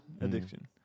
addiction